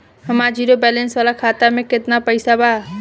हमार zero balance वाला खाता में केतना पईसा बा?